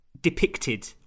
depicted